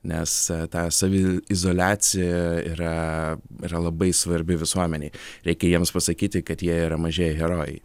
nes ta saviizoliacija yra yra labai svarbi visuomenei reikia jiems pasakyti kad jie yra mažieji herojai